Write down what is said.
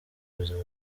buzima